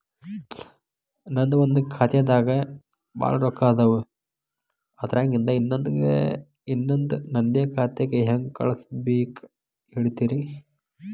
ನನ್ ಒಂದ್ ಖಾತ್ಯಾಗ್ ಭಾಳ್ ರೊಕ್ಕ ಅದಾವ, ಅದ್ರಾಗಿಂದ ಇನ್ನೊಂದ್ ನಂದೇ ಖಾತೆಗೆ ಹೆಂಗ್ ಕಳ್ಸ್ ಬೇಕು ಹೇಳ್ತೇರಿ?